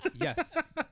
yes